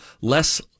less